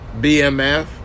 BMF